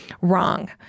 Wrong